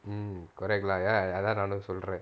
mm correct lah ya lah அதான் நானும் சொல்றே:athaan naanum solrae